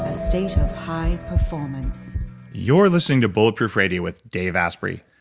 ah station of high performance you're listening to bullet proof radio with dave asprey.